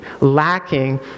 lacking